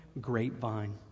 grapevine